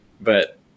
But-